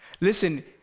Listen